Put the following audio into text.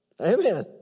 Amen